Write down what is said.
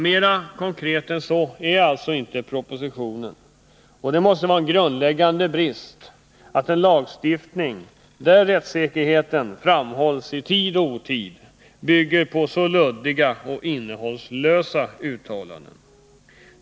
Mer konkret än så är inte propositionen, och det måste vara en grundläggande brist att en lagstiftning — där rättssäkerheten framhålls i tid och otid — bygger på så luddiga och innehållslösa uttalanden.